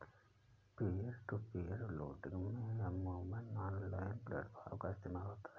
peer to peer lending में अमूमन online platform का इस्तेमाल होता है